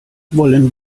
wollen